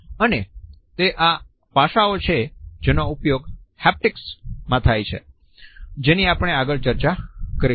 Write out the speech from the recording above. અને તે આ પાસાઓ છે જેનો ઉપયોગ હેપ્ટીક્સ માં થાય છે જેની આપણે આગળ ચર્ચા કરીશું